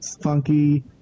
funky